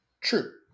True